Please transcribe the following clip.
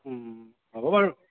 হ'ব বাৰু